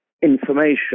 information